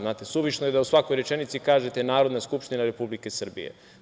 Znate, suvišno je da u svakoj rečenici kažete Narodna skupština Republike Srbije.